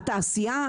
התעשייה?